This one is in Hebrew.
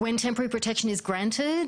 כאשר הגנה קבוצתית ניתנת,